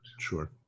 sure